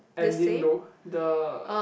ending though the